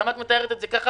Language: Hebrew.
למה את מתארת את זה ככה?